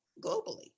globally